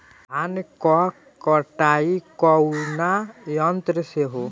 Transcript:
धान क कटाई कउना यंत्र से हो?